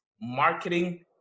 marketing